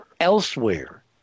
elsewhere